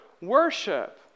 worship